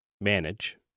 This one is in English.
manage